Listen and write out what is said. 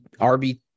RB